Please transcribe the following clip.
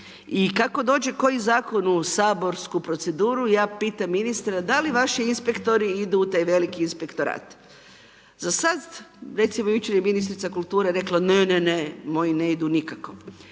I kako dođe koji zakon u saborsku proceduru, ja pitam ministra, da li vaši inspektori idu u taj veliki inspektorat. Za sada, recimo jučer je ministrica kulture rekla, ne, ne, ne moji n e idu nikako.